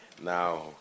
Now